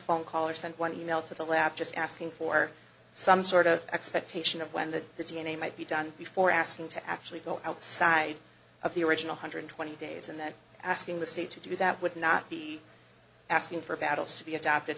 phone call or send one e mail to the lab just asking for some sort of expectation of when the d n a might be done before asking to actually go outside of the original hundred twenty days and then asking the state to do that would not be asking for battles to be adapted